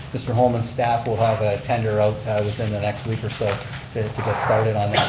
mr. holman's staff will have a tender out within the next week or so to get started on